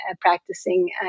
practicing